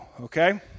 okay